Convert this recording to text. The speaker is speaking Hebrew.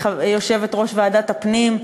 יושבת-ראש ועדת הפנים,